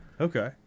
Okay